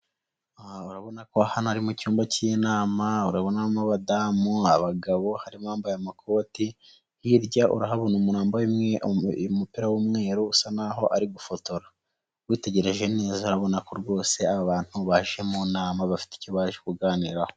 Aha urabona ko ari mu cyumba cy'inama urabona umodamu, abagabo harimo abambaye amakoti, hirya urahabona umuntu wambaye umupira w'umweru usa naho ari gufotora witegereje neza urabona ko rwose abantu baje mu nama bafite icyo baje kuganiraho.